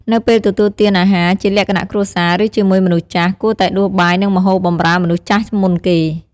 នៅពេលទទួលទានអាហារជាលក្ខណៈគ្រួសារ ឬជាមួយមនុស្សចាស់ គួរតែដួសបាយនិងម្ហូបបម្រើមនុស្សចាស់មុនគេ។